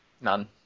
None